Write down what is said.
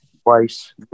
twice